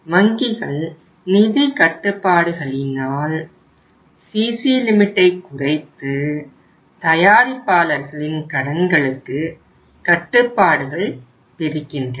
வங்கிகள் நிதி கட்டுப்பாடுகளினால் CC லிமிட்டை குறைத்து தயாரிப்பாளர்களின் கடன்களுக்கு கட்டுப்பாடுகள் விதிக்கின்றன